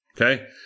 okay